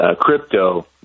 crypto